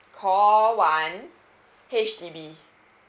call one H_D_B